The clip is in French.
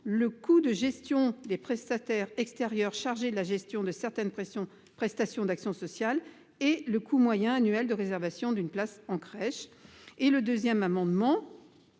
le coût de gestion des prestataires extérieurs chargés de la gestion de certaines prestations d’action sociale et le coût moyen annuel de réservation d’une place en crèche. L’amendement